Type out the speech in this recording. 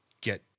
get